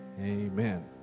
Amen